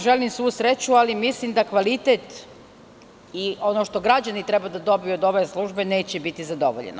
Želim vam svu sreću ali mislim da kvalitet i ono što građani treba da dobiju od ove službe neće biti zadovoljeno.